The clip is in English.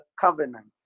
covenant